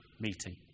meeting